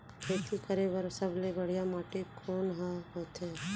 खेती करे बर सबले बढ़िया माटी कोन हा होथे?